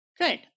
Good